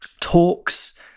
talks